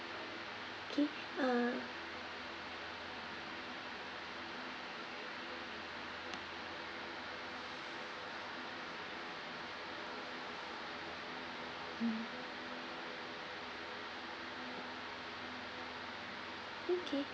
okay uh mm okay